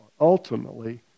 ultimately